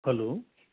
hello